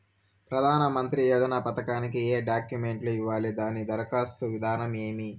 ప్రధానమంత్రి యోజన పథకానికి ఏ డాక్యుమెంట్లు ఇవ్వాలి దాని దరఖాస్తు విధానం ఏమి